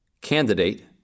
candidate